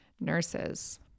nurses